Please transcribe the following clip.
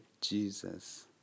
Jesus